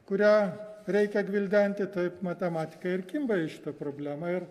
kurią reikia gvildenti taip matematikai ir kimba į šitą problemą ir